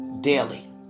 daily